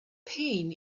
pain